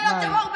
לך.